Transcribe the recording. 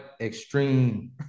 Extreme